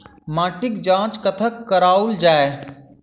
माटिक जाँच कतह कराओल जाए?